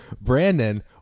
Brandon